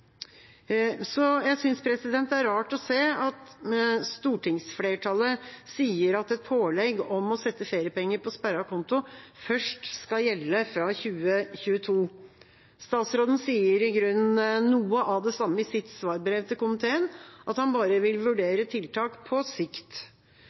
Jeg synes det er rart å se at stortingsflertallet sier at et pålegg om å sette feriepenger på sperret konto først skal gjelde fra 2022. Statsråden sier i grunnen noe av det samme i sitt svarbrev til komiteen, at han bare vil